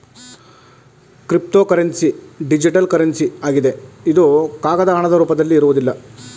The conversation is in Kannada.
ಕ್ರಿಪ್ತೋಕರೆನ್ಸಿ ಡಿಜಿಟಲ್ ಕರೆನ್ಸಿ ಆಗಿದೆ ಇದು ಕಾಗದ ಹಣದ ರೂಪದಲ್ಲಿ ಇರುವುದಿಲ್ಲ